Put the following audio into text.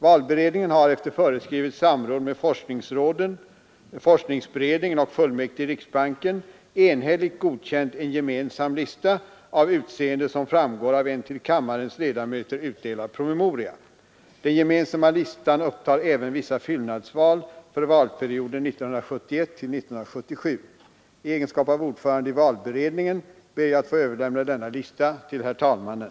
Valberedningen har efter föreskrivet samråd med forskningsråden, forskningsberedningen och fullmäktige i riksbanken enhälligt godkänt en gemensam lista av utseende, som framgår av en till kammarens ledamöter utdelad promemoria. Den gemensamma listan upptar även vissa fyllnadsval för valperioden 1971—1977. I egenskap av ordförande i valberedningen ber jag att få överlämna denna lista till herr talmannen.